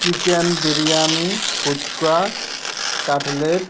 chicken biryani phuchka cutlet